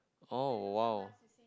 oh !wow!